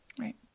Right